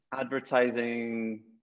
advertising